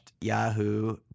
Yahoo